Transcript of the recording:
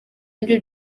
nibyo